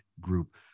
Group